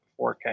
4K